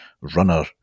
runner